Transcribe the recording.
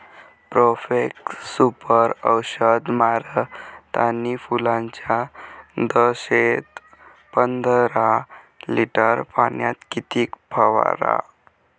Profex Super औषध मारतानी फुलाच्या दशेत पंदरा लिटर पाण्यात किती फवाराव?